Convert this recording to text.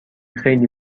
خیلی